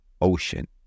ocean